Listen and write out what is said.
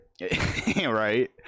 right